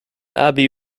abbey